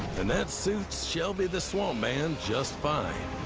and that suits shelby the swamp man just fine.